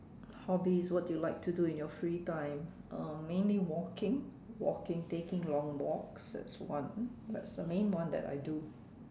hobbies what do you like to do in your free time um mainly walking walking taking long walks that's one that's the main one that I do